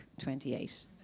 28